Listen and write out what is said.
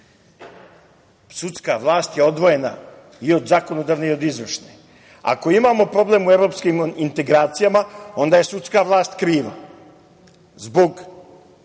Sudska vlast je odvojena i od zakonodavne i od izvršne. Ako imamo problem u evropskim integracijama, onda je sudska vlast kriva zbog